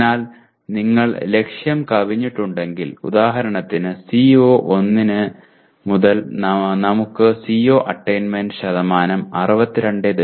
അതിനാൽ നിങ്ങൾ ലക്ഷ്യം കവിഞ്ഞിട്ടുണ്ടെങ്കിൽ ഉദാഹരണത്തിന് CO1 ൽ നമുക്ക് CO അറ്റയ്ന്മെന്റ് ശതമാനം 62